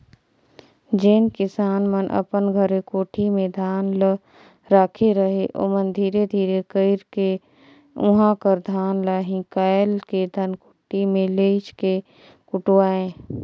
जेन किसान मन अपन घरे कोठी में धान ल राखे रहें ओमन धीरे धीरे कइरके उहां कर धान ल हिंकाएल के धनकुट्टी में लेइज के कुटवाएं